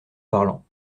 parlant